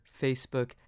Facebook